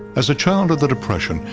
as a child of the depression,